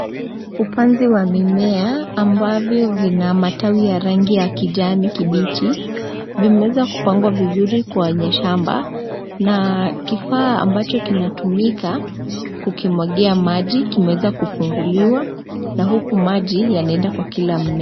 Upanzi wa mimea ambavyo vina matawi ya rangi ya kijani kibichi, vimeweza kupangwa vizuri kwenye shamba na kifaa ambacho kinatumika kukimwagia maji kimeweza kufunguliwa na huku maji yanaenda kwa kila mmea.